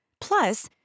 Plus